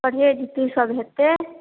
परहेज की सब हेतै